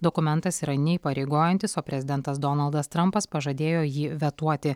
dokumentas yra neįpareigojantis o prezidentas donaldas trampas pažadėjo jį vetuoti